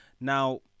Now